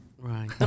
Right